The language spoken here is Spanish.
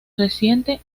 reciente